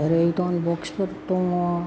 ओरै दन बसख' दङ